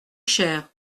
cher